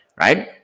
right